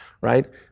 right